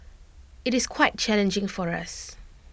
IT is quite challenging for us